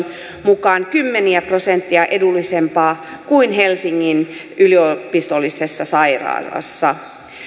mukaan kymmeniä prosentteja edullisempaa kuin helsingin yliopistollisessa sairaalassa